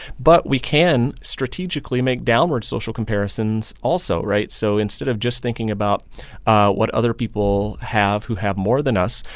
but we can strategically make downward social comparisons also, right? so instead of just thinking about what other people have, who have more than us,